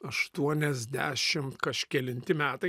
aštuoniasdešim kažkelinti metai